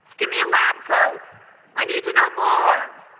give me a lab coat i need to know more.